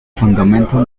fundamental